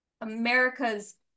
america's